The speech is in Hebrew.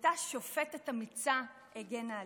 אותה שופטת אמיצה הגנה עליהן.